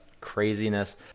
craziness